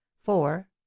four